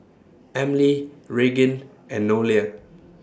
Emely Regan and Nolia